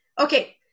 okay